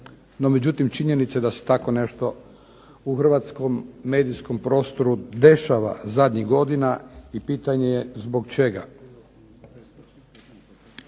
međutim činjenica je da se tako nešto u hrvatskom medijskom prostoru dešava zadnjih godina i pitanje je zbog čega.